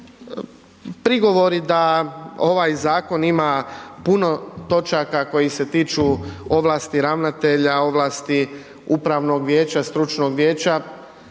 Prigovori da ovaj zakon ima puno točaka koji se tiču ovlasti ravnatelja, ovlasti upravnog vijeća, stručnog vijeća